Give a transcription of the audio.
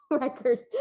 record